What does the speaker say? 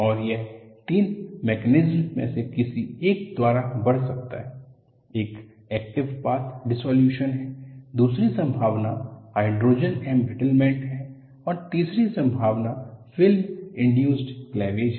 और यह 3 मैकेनिज्मस में से किसी एक द्वारा बढ़ सकता है एक एक्टिव पाथ डिस्सॉलयूश्न है दूसरी संभावना हाइड्रोजन एंब्रिटलमेंट है और तीसरी संभावना फिल्म इंडयूस्ड़ क्लैवेज है